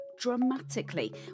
dramatically